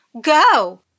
Go